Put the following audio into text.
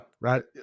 Right